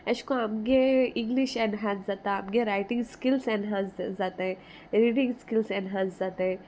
एशें कोन्न आमगे इंग्लीश एनहान्स जाता आमगे रायटींग स्किल्स एनहान्स जाताय रिडींग स्किल्स एनहान्स जाताय